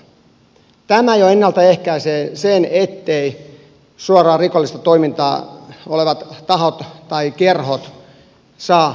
tämä jo ennalta ehkäisee sen etteivät suoraa rikollista toimintaa tekevät tahot tai kerhot saa rahankeräyslupaa lainkaan